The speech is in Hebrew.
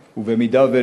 ובמידה שלא,